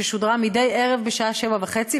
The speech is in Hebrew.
ששודרה מדי ערב בשעה 19:30,